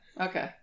okay